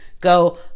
go